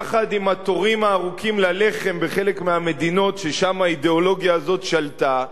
יחד עם התורים הארוכים ללחם בחלק מהמדינות ששם האידיאולוגיה הזאת שלטה,